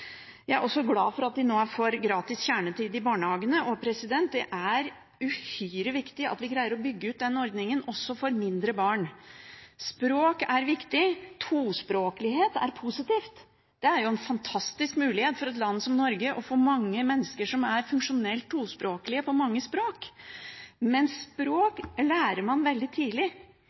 Jeg er også glad for at man nå får gratis kjernetid i barnehagene, og det er uhyre viktig at vi greier å bygge ut den ordningen også for mindre barn. Språk er viktig, tospråklighet er positivt. Det er en fantastisk mulighet for et land som Norge å få mange mennesker som er funksjonelt tospråklige, i mange språk. Men språk lærer man veldig tidlig,